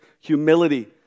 Humility